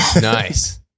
nice